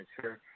sure